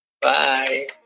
Bye